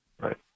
Right